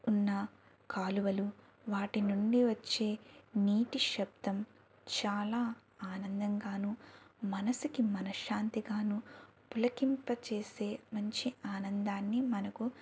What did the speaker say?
ఉన్న కాలువలు వాటి నుండి వచ్చే నీటి శబ్దం చాలా ఆనందంగాను మనసుకి మనశ్శాంతిగాను పులకింపచేసే మంచి ఆనందాన్నీ మనకు